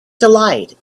delight